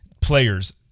players